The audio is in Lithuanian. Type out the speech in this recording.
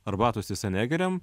arbatos tiesa negeriam